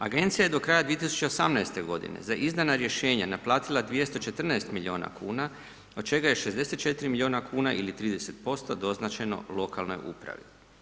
Agencija je do kraja 2018.-te godine za izdana rješenja naplatila 214 milijuna kuna, od čega je 64 milijuna kuna ili 30% doznačeno lokalnoj upravi.